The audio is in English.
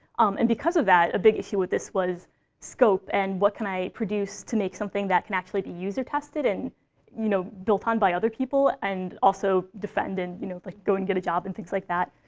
um and because of that, a big issue with this was scope, and what can i produce to make something that can actually be user-tested and you know built on by other people? and also defend, and you know but go and get a job, and things like that.